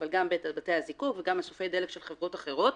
אבל גם של בתי הזיקוק וגם של חברות אחרות